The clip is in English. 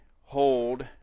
hold